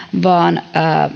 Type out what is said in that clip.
vaan